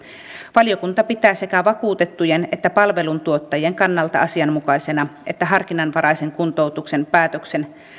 valiokunta pitää sekä vakuutettujen että palveluntuottajien kannalta asianmukaisena että harkinnanvaraisen kuntoutuksen päätöksen